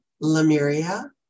Lemuria